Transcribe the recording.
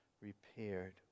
repaired